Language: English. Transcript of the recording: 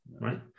right